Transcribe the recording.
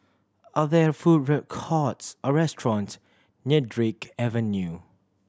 are there food recourts or restaurants near Drake Avenue